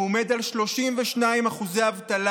הוא עומד על 32% אבטלה.